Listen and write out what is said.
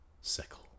sickle